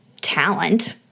talent